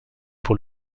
pour